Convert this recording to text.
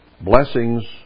blessings